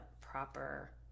proper